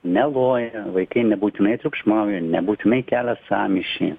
neloja vaikai nebūtinai triukšmauja nebūtinai kelia sąmyšį